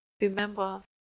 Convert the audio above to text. Remember